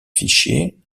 fichiers